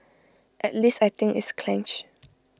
at least I think it's clench